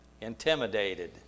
intimidated